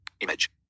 Image